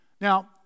Now